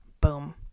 Boom